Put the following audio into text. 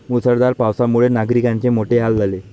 मुसळधार पावसामुळे नागरिकांचे मोठे हाल झाले